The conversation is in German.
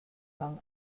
lang